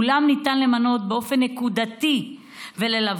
אולם ניתן למנות באופן נקודתי וללוות,